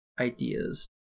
ideas